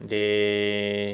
they